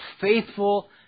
faithful